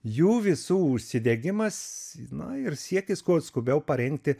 jų visų užsidegimas na ir siekis kuo skubiau parengti